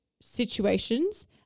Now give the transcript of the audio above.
situations